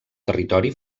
territori